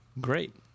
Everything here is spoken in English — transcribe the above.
Great